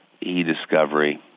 E-discovery